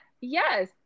Yes